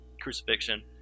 crucifixion